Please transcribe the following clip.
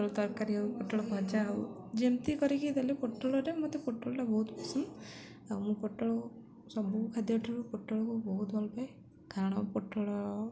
ପୋଟଳ ତରକାରୀ ହଉ ପୋଟଳ ଭଜା ହଉ ଯେମିତି କରିକି ଦେଲେ ପୋଟଳରେ ମତେ ପୋଟଳଟା ବହୁତ ପସନ୍ଦ ଆଉ ମୁଁ ପୋଟଳ ସବୁ ଖାଦ୍ୟଠାରୁ ପୋଟଳକୁ ବହୁତ ଭଲପାଏ କାରଣ ପୋଟଳ